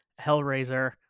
Hellraiser